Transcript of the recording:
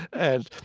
and